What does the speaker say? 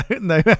no